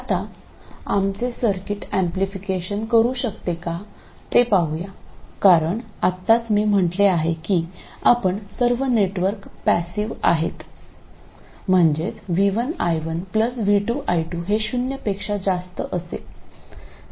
आता आमचे circuit amplification करू शकते का ते पाहूया कारण आत्ताच मी म्हटले आहे की आपले सर्व नेटवर्क पॅसिवआहेत म्हणजेच v1 i1 v2 i2 हे शून्यापेक्षा जास्त असेल